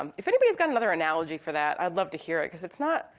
um if anybody's got another analogy for that, i'd love to hear it, cause it's not,